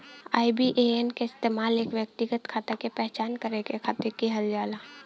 IBAN क इस्तेमाल एक व्यक्तिगत खाता क पहचान करे खातिर किहल जाला